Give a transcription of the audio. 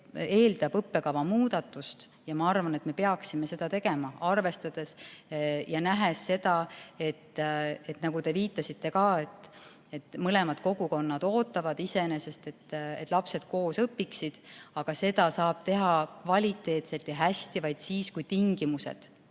eeldab õppekava muudatust. Ma arvan, et me peaksime seda tegema, arvestades ja nähes seda, nagu te ka viitasite, et mõlemad kogukonnad ootavad iseenesest, et lapsed koos õpiksid. Aga seda saab teha kvaliteetselt ja hästi vaid siis, kui tingimused